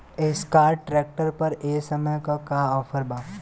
Escort tractor पर ए समय का ऑफ़र बा?